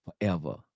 forever